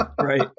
Right